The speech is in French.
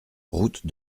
route